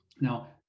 now